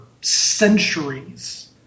centuries